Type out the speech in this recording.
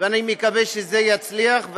אני מקווה שזה יצליח,